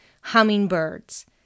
hummingbirds